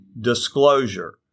disclosure